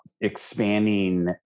expanding